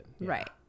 Right